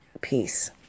Peace